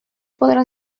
podrá